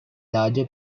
larger